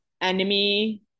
enemy